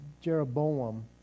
Jeroboam